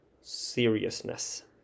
seriousness